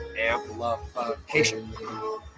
amplification